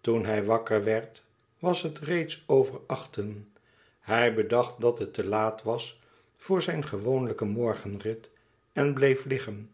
toen hij wakker werd was het reeds over achten hij bedacht dat het te laat was voor zijn gewoonlijken morgenrit en bleef liggen